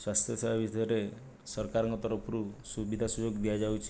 ସ୍ୱାସ୍ଥ୍ୟ ସେବା ଭିତରେ ସରକାରଙ୍କ ତରଫରୁ ସୁବିଧା ସୁଯୋଗ ଦିଆଯାଉଛି